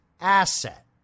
asset